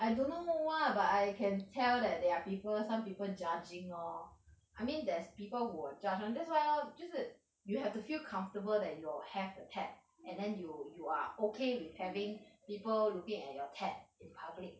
I don't know [what] but I can tell that there are people some people judging lor I mean there's people who will judge um that's why lor 就是 you have to feel comfortable that you'll have a tat~ and then you you are okay with having people looking at your tat~ in public